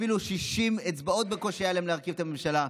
אפילו 60 אצבעות בקושי היו להם להרכיב את הממשלה.